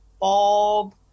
Bob